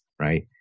right